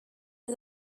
ces